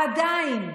עדיין.